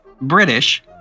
British